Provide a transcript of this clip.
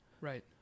Right